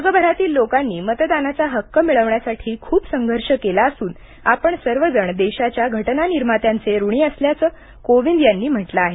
जगभरातील लोकांनी मतदानाचा हक्क मिळवण्यासाठी खूप संघर्ष केला असून आपण सर्व जण देशाच्या घटना निर्मात्यांचे ऋणी असल्याचे कोविन्द यांनी म्हटले आहे